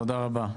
תודה רבה.